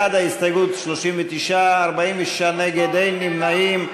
בעד ההסתייגות, 39, 46 נגד, אין נמנעים.